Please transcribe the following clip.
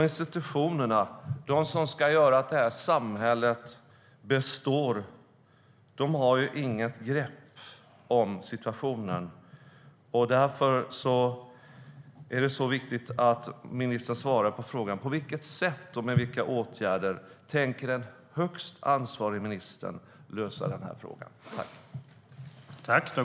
Institutionerna, de som ska göra så att det här samhället består, har inget grepp om situationen. Därför är det viktigt att ministern svarar på frågan: På vilket sätt och med vilka åtgärder tänker den högst ansvarige ministern lösa den här situationen?